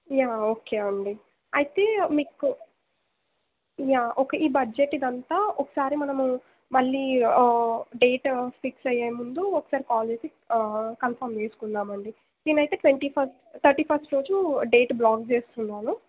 yeah okay అండి అయితే మీకు యా ఓకే ఈ బడ్జెట్ ఇదంతా ఒకసారి మనము మళ్ళీ డేట్ ఫిక్స్ అయ్యేముందు ఒకసారి కాల్ చేసి కన్ఫార్మ్ చేసుకుందాం అండి నేను అయితే ట్వంటీ ఫస్ట్ థర్టీ ఫస్ట్ రోజు డేట్ బ్లాక్ చేస్తున్నాను